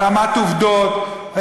העלמת עובדות,